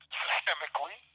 systemically